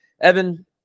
Evan